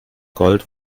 gold